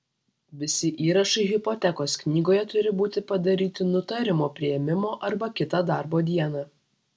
visi įrašai hipotekos knygoje turi būti padaryti nutarimo priėmimo arba kitą darbo dieną